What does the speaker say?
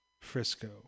Frisco